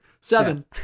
seven